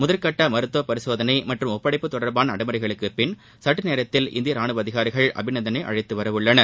முதற்கட்ட மருத்துவ பரிசோதனை மற்றும் ஒப்படைப்பு அவர் தொடர்பான நடைமுறைகளுக்கு பின் சற்று நேரத்தில் இந்திய ரானுவ அதிகாரிகள் அபிநந்தனை அழைத்து வரவுள்ளனர்